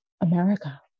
america